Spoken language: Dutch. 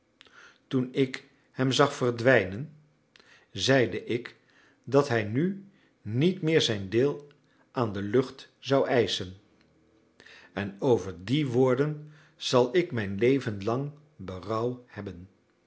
toen ik hem zag verdwijnen zeide ik dat hij nu niet meer zijn deel aan de lucht zou eischen en over die woorden zal ik mijn leven lang berouw hebben